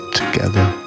together